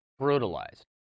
brutalized